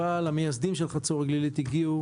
אבל המייסדים של חצור הגלילית הגיעו